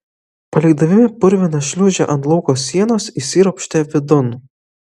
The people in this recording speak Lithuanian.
palikdami purviną šliūžę ant lauko sienos įsiropštė vidun